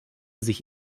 sich